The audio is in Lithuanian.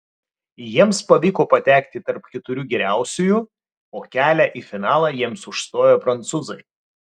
jiems pavyko patekti tarp keturių geriausiųjų o kelią į finalą jiems užstojo prancūzai